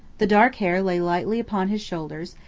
the dark hair lay lightly upon his shoulders,